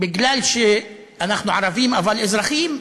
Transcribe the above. מפני שאנחנו ערבים, אבל אזרחים,